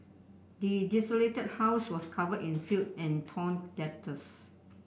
the desolated house was covered in filth and torn letters